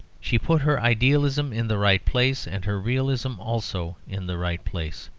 she put her idealism in the right place, and her realism also in the right place